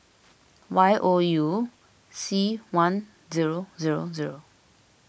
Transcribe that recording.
Y O U C one zero zero zero